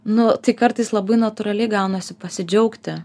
nu tai kartais labai natūraliai gaunasi pasidžiaugti